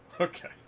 Okay